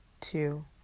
two